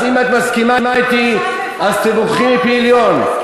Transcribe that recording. אז אם את מסכימה אתי, תבורכי פי-מיליון.